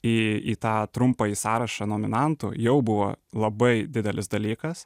į į tą trumpąjį sąrašą nominantų jau buvo labai didelis dalykas